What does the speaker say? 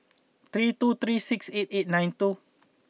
three two three six eight eight nine two